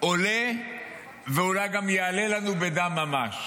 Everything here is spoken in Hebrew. עולה ואולי גם יעלה לנו בדם ממש.